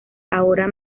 ahora